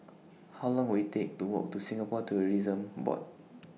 How Long Will IT Take to Walk to Singapore Tourism Board